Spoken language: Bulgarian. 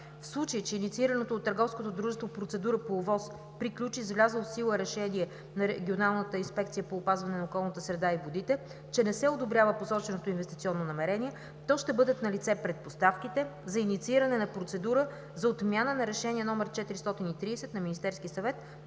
дружество процедура по ОВОС приключи с влязло в сила решение на Регионалната инспекция по опазване на околната среда и водите, че не се одобрява посоченото инвестиционно намерение, то ще бъдат налице предпоставките за иницииране на процедура за отмяна на Решение № 430 на Министерския съвет